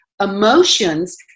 emotions